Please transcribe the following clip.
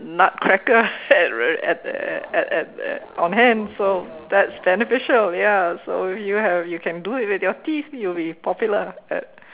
nutcracker at at at at at on hand so that's beneficial ya so you have you can do it with your teeth you will be popular at